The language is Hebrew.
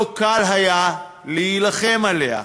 לא קל היה להילחם עליה,